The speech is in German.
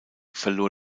verlor